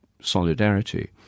solidarity